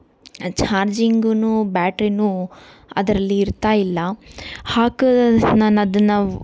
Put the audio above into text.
ಚಾರ್ಜಿಂಗೂ ಬ್ಯಾಟ್ರಿನೂ ಅದರಲ್ಲಿ ಇರ್ತಾ ಇಲ್ಲ ಹಾಕು ನಾನು ಅದನ್ನು